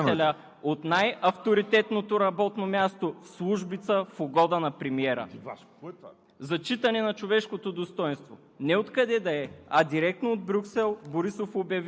С мълчанието си госпожа Караянчева превърна стола на председателя от най-авторитетното работно място в службица в угода на премиера.